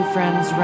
Friends